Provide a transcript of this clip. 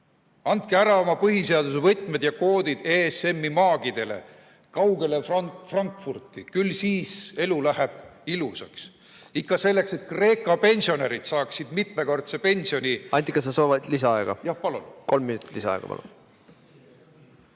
Andke ära oma põhiseaduse võtmed ja koodid ESM‑i maagidele kaugele Frankfurti. Küll siis elu läheb ilusaks. Ikka selleks, et Kreeka pensionärid saaksid mitmekordse pensioni ... Anti, kas sa soovid lisaaega? Jah, palun! Kolm minutit lisaaega, palun!